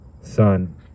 son